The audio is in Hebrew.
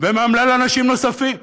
ומאמלל אנשים נוספים.